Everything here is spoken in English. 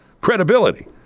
Credibility